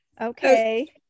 Okay